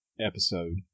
episode